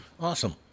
Awesome